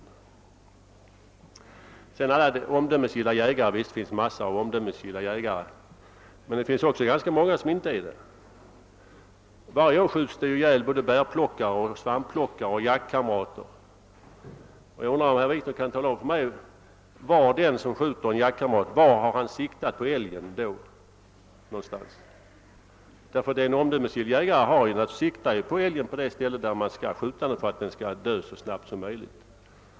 Det talas om alla omdömesgilla jägare. Ja, det finns mängder av sådana, men det finns också ganska många som inte är omdömesgilla. Varje år skjuts det ju ihjäl både bärplockare och svampplockare och jaktkamrater, och jag undrar om herr Wikner kan tala om för mig var på älgen den har siktat som skjuter en jaktkamrat. En omdömesgill jägare siktar naturligtvis på det ställe på älgen där han skall skjuta för att älgen skall dö så snabbt som möjligt.